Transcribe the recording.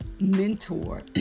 Mentor